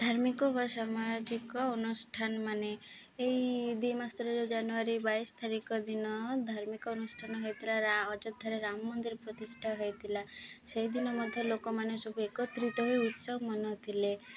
ଧାର୍ମିକ ବା ସାମାଜିକ ଅନୁଷ୍ଠାନମାନ ଏହି ଦୁଇ ମାସରେ ଜାନୁଆରୀ ବାଇଶ ତାରିଖ ଦିନ ଧାର୍ମିକ ଅନୁଷ୍ଠାନ ହେଉଥିଲା ଅଯୋଧ୍ୟାରେ ରାମ ମନ୍ଦିର ପ୍ରତିଷ୍ଠା ହୋଇଥିଲା ସେହିଦିନ ମଧ୍ୟ ଲୋକମାନେ ସବୁ ଏକତ୍ରିତ ହୋଇ ଉତ୍ସବ ମନାଉଥିଲେ